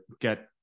get